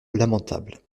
lamentable